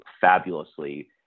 fabulously